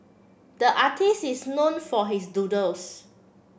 the artists is known for his doodles